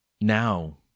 now